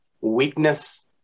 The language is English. weakness